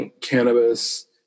cannabis